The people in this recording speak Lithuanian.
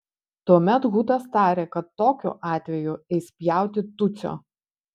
tuomet hutas tarė kad tokiu atveju eis pjauti tutsio